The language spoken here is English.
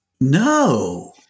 No